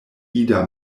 ida